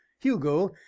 Hugo